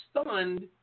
stunned